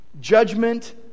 judgment